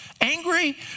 Angry